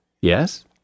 Yes